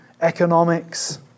economics